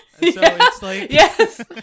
Yes